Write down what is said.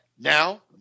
now